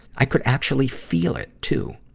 i could actually feel it, too.